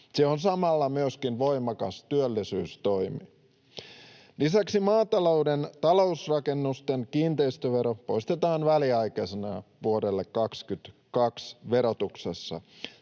Se on samalla myöskin voimakas työllisyystoimi. Lisäksi maatalouden talousrakennusten kiinteistövero poistetaan väliaikaisena vuoden 22 verotuksessa.